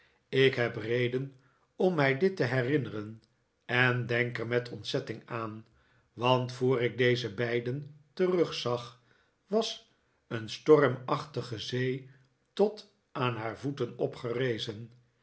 ik heb reden om mij dit te herinneren en denk er met ontzetting aan want voor ik deze beiden terugzag was een stormachtige zee tot aan haar voeten opgerezen